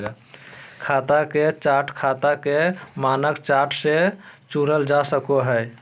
खाता के चार्ट खाता के मानक चार्ट से चुनल जा सको हय